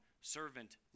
servant